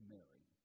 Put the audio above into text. Mary